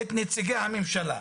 את נציגי הממשלה,